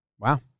Wow